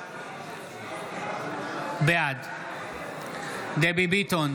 בעד דבי ביטון,